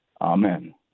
Amen